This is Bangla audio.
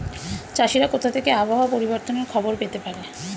চাষিরা কোথা থেকে আবহাওয়া পরিবর্তনের খবর পেতে পারে?